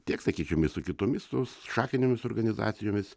tiek sakykim ir su kitomis tos šakinėmis organizacijomis